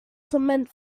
cement